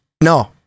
no